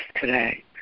today